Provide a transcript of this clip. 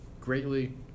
greatly